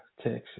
Texas